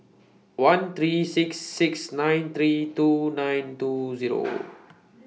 one three six six nine three two nine two Zero